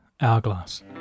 Hourglass